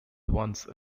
once